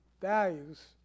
values